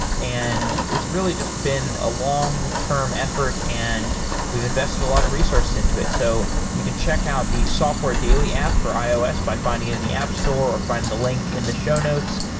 and it's really just been a long term effort and we've invested a lot of resources into it. so you can check out the software daily app for ios by finding it in the app store or finding the link in the show notes.